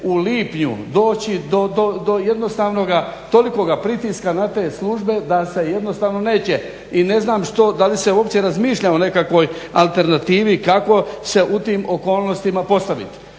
u lipnju doći do jednostavnoga tolikoga pritiska na te službe da se jednostavno neće i ne znam da li se uopće razmišlja o nekakvoj alternativi kako se u tim okolnostima postavit.